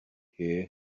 hear